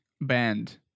band